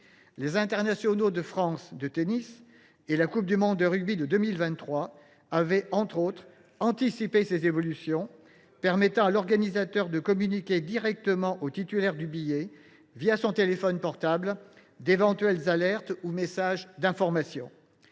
Les Internationaux de France de tennis et la Coupe du monde de rugby de 2023, entre autres, avaient anticipé ces évolutions. L’organisateur pouvait communiquer directement au titulaire du billet, via son téléphone portable, d’éventuelles alertes ou des messages d’information.